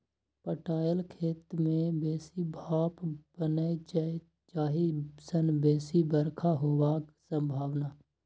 पटाएल खेत मे बेसी भाफ बनै छै जाहि सँ बेसी बरखा हेबाक संभाबना